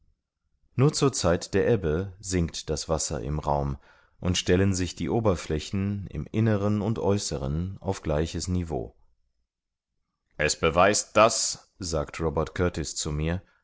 nur zur zeit der ebbe sinkt das wasser im raum und stellen sich die oberflächen im inneren und aeußeren auf gleiches niveau es beweist das sagt robert kurtis zu mir